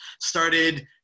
started